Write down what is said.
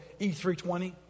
E320